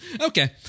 Okay